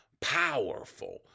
Powerful